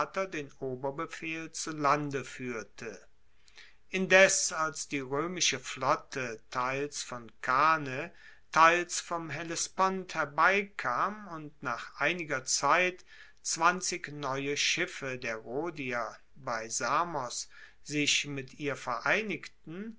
den oberbefehl zu lande fuehrte indes als die roemische flotte teils von kane teils vom hellespont herbeikam und nach einiger zeit zwanzig neue schiffe der rhodier bei samos sich mit ihr vereinigten